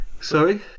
Sorry